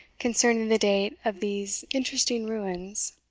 concerning the date of these interesting ruins.